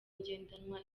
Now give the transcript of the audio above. ngendanwa